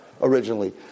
originally